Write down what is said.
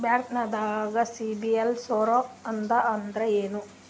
ಬ್ಯಾಂಕ್ದಾಗ CIBIL score ಅಂತ ಅಂದ್ರೆ ಏನ್ರೀ?